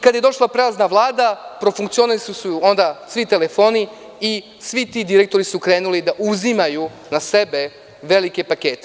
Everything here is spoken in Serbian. Kada je došla prelazna vlada, onda su profunkcionisali svi telefoni i svi ti direktori su krenuli da uzimaju za sebe velike pakete.